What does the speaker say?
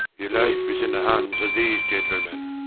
your life is in the hands of these gentlemen.